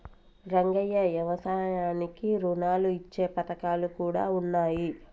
రంగయ్య యవసాయానికి రుణాలు ఇచ్చే పథకాలు కూడా ఉన్నాయి